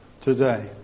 today